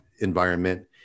environment